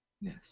Yes